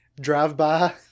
drive-by